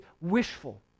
wishful